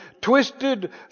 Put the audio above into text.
twisted